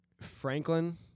Franklin